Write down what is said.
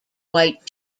white